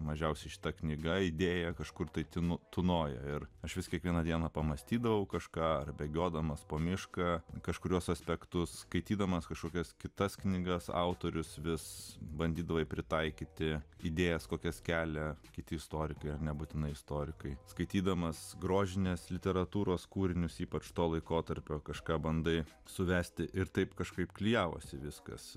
mažiausiai šita knyga idėja kažkur tai ten tūnojo ir aš vis kiekvieną dieną pamąstydavau kažką ar bėgiodamas po mišką kažkuriuos aspektus skaitydamas kažkokias kitas knygas autorius vis bandydavai pritaikyti idėjas kokias kelia kiti istorikai nebūtinai istorikai skaitydamas grožinės literatūros kūrinius ypač to laikotarpio kažką bandai suvesti ir taip kažkaip klijavosi viskas